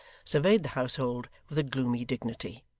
surveyed the household with a gloomy dignity.